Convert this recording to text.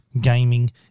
gaming